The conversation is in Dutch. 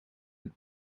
het